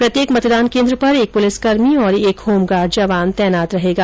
प्रत्येक मतदान केन्द्र पर एक पुलिसकर्मी और एक होमगार्ड जवान तैनात रहेगा